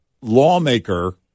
lawmaker